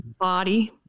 body